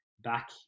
back